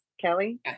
Kelly